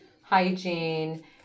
hygiene